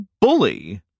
bully